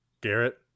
Garrett